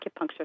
acupuncture